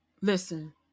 Listen